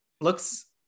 Looks